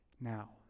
now